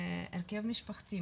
הרכב משפחתי,